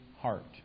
heart